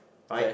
right